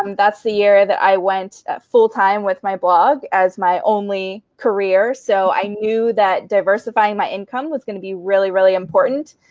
um that's the year that i went full time with my blog as my only career. so i knew that diversifying my income was going to be really, really important.